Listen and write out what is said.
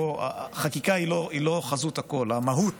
חקיקה היא לא חזות הכול, אלא המהות